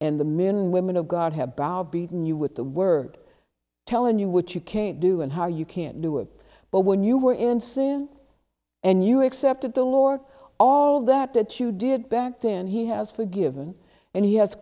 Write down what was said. and the men women of god have browbeaten you with the word telling you what you can do and how you can do it but when you were answered and you accepted the lord all that that you did back then he has forgiven and he has